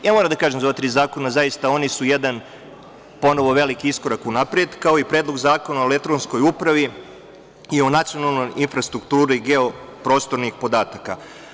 Moram da kažem za ova tri zakona da su oni zaista jedan ponovo veliki iskorak unapred, kao i Predlog zakona o elektronskoj upravi i o nacionalnoj infrastrukturi geoprostornih podataka.